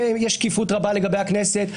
שיש שקיפות רבה לגבי הכנסת,